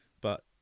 But